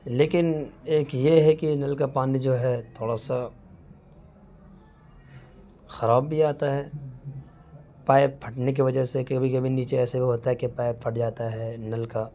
لیکن ایک یہ ہے کہ نل کا پانی جو ہے تھوڑا سا خراب بھی آتا ہے پائپ پھٹنے کی وجہ سے کبھی کبھی نیچے ایسے ہوتا ہے کہ پائپ پھٹ جاتا ہے نل کا